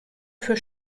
für